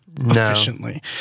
efficiently